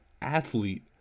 athlete